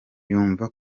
yumva